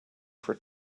for